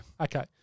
Okay